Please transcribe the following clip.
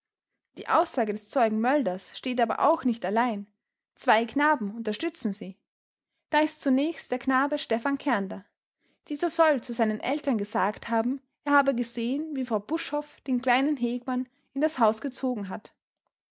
die aussage des zeugen mölders steht aber auch nicht allein zwei knaben unterstützen sie da ist zunächst der knabe stephan kernder dieser soll zu seinen eltern gesagt haben er habe gesehen wie frau buschhoff den kleinen hegmann in das haus gezogen hat